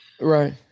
Right